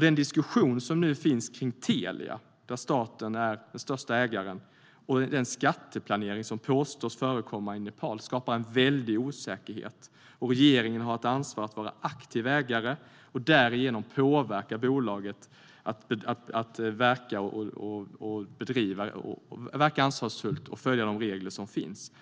Den diskussion som nu förs om Telia, där staten är den största ägaren, och den skatteplanering som påstås förekomma i Nepal skapar väldig osäkerhet. Regeringen har ett ansvar att vara aktiv ägare och därigenom påverka bolaget att verka på ett ansvarsfullt sätt och följa de regler som finns.